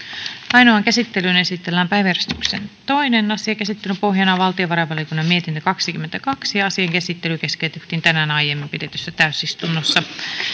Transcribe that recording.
ainoaan käsittelyyn esitellään päiväjärjestyksen toinen asia käsittelyn pohjana on valtiovarainvaliokunnan mietintö kaksikymmentäkaksi asian käsittely keskeytettiin tänään aiemmin pidetyssä täysistunnossa